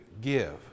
give